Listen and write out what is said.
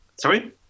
Sorry